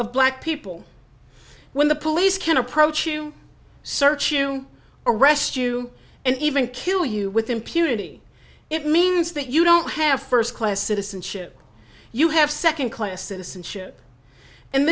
of black people when the police can approach to search you arrest you and even kill you with impunity it means that you don't have first class citizenship you have second class citizenship and